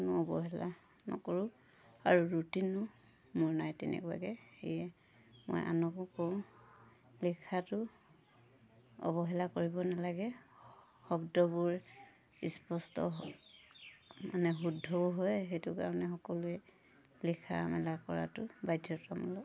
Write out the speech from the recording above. কোনো অৱহেলা নকৰোঁ আৰু ৰুটিনো মোৰ নাই তেনেকুৱাকৈ সেয়ে মই আনকো কওঁ লেখাটো অৱহেলা কৰিব নালাগে শব্দবোৰ স্পষ্ট মানে শুদ্ধও হয় সেইটো কাৰণে সকলোৱে লিখা মেলা কৰাটো বাধ্যতামূলক